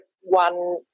one